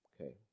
Okay